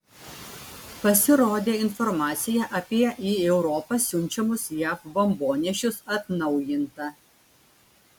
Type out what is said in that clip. pasirodė informacija apie į europą siunčiamus jav bombonešius atnaujinta